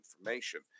information